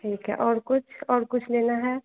ठीक है और कुछ और कुछ लेना है